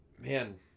man